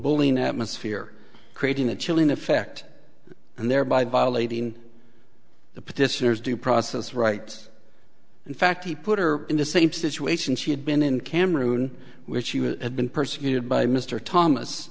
bullying atmosphere creating a chilling effect and thereby violating the patisseries due process rights in fact he put her in the same situation she had been in cameroon which she would have been persecuted by mr thomas